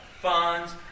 funds